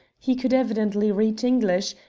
he could evidently read english,